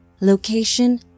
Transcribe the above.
Location